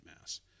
mass